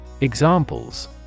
Examples